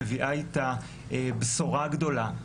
מביאה איתה בשורה גדולה.